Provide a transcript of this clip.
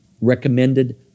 recommended